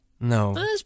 No